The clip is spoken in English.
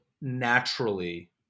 naturally